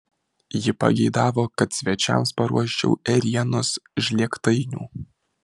ji pageidavo kad svečiams paruoščiau ėrienos žlėgtainių